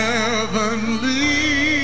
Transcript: Heavenly